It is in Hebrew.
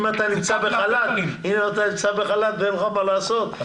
אם אתה נמצא בחל"ת ואין לך מה לעשות אז